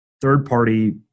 third-party